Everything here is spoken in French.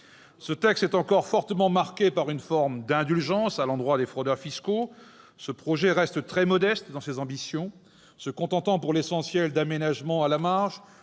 Ce texte est encore fortement marqué par une forme d'indulgence à l'endroit des fraudeurs fiscaux. Il reste très modeste dans ses ambitions, se contentant pour l'essentiel d'aménagements à la marge,